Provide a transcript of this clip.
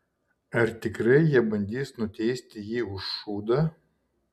ar tikrai jie bandys nuteisti jį už šūdą